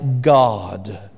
God